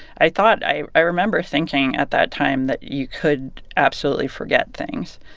i thought i i remember thinking at that time that you could absolutely forget things.